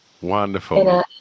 Wonderful